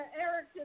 Eric